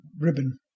ribbon